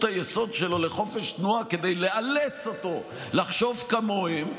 היסוד שלו לחופש תנועה כדי לאלץ אותו לחשוב כמוהם,